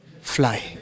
fly